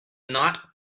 not